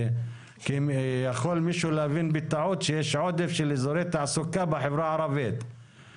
כי יכול מישהו להבין בטעות שיש עודף של אזורי תעסוקה בחברה הערבית,